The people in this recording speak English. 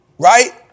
Right